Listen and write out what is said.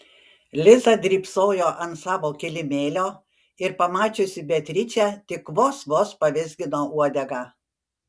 liza drybsojo ant savo kilimėlio ir pamačiusi beatričę tik vos vos pavizgino uodegą